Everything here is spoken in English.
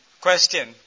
question